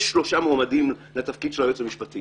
יש שלושה מועמדים לתפקיד של היועץ המשפטי